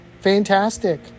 fantastic